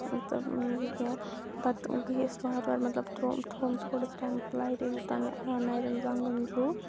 تہٕ ییٚکیٛاہ پَتہٕ گٔیَس وارٕ وار مطلب ترٛووُم تھووُم تھوڑاہَس ٹایِمَس لَرِ یوٚتام مےٚ آو نَرٮ۪ن زَنٛگَن زوٗ